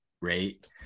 rate